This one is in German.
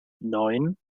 neun